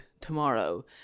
tomorrow